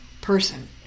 person